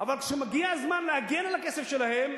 אבל כשמגיע הזמן להגן על הכסף שלהם,